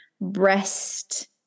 breast